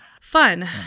fun